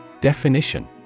Definition